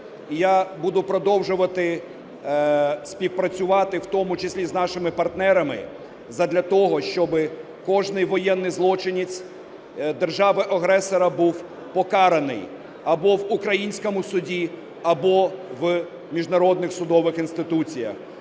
я буду продовжувати співпрацювати, в тому числі з нашими партнерами, задля того, щоби кожний воєнний злочинець держави-агресора був покараний або в українському суді, або в міжнародних судових інституціях.